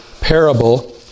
parable